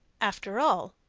after all,